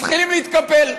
מתחילים להתקפל.